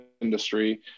industry